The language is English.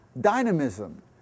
dynamism